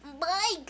Bye